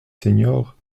seniors